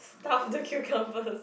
stuff the cucumbers